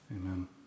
Amen